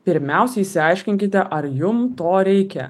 pirmiausia išsiaiškinkite ar jum to reikia